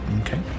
Okay